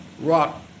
rock